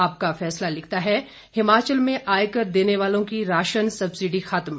आपका फैसला लिखता है हिमाचल में आयकर देने वालों की राशन सब्सिडी खत्म